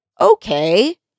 okay